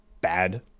bad